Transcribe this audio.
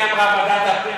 והיא אמרה: ועדת הפנים,